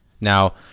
Now